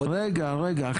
רגע, רגע.